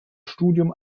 studium